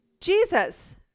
Jesus